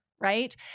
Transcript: right